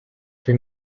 for